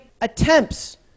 attempts